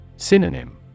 Synonym